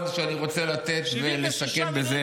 כשלפיד היה שר החוץ, 76 מינויים בשבוע היו,